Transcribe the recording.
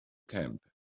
camp